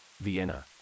Vienna